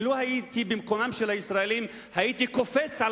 שלו הייתי במקומם של הישראלים הייתי קופץ על